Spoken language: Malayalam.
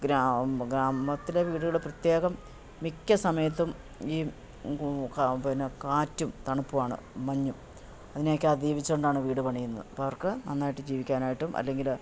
ഗ്രാമത്തിലെ വീടുകൾ പ്രത്യേകം മിക്ക സമയത്തും ഈ പിന്നെ കാറ്റും തണുപ്പുമാണ് മഞ്ഞും അതിനെയൊക്കെ അതിജീവിച്ചുകൊണ്ടാണ് വീട് പണിയുന്നത് അപ്പം അവർക്ക് നന്നായിട്ട് ജീവിക്കാനായിട്ടും അല്ലെങ്കിൽ